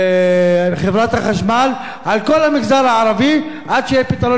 החשמל על כל המגזר הערבי עד שיהיה פתרון לתוכניות המיתאר,